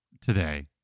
today